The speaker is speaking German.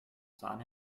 sahne